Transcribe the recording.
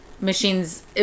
machines